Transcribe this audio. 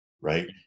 right